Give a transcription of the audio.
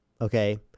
Okay